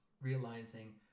realizing